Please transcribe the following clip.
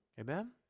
amen